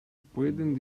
pueden